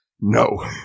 No